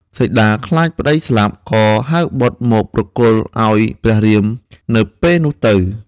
សីតាខ្លាចប្តីស្លាប់ ក៏ហៅបុត្រមកប្រគល់ឱ្យព្រះរាមនៅពេលនោះទៅ។